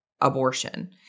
abortion